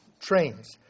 trains